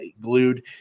glued